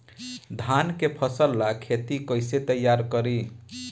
धान के फ़सल ला खेती कइसे तैयार करी?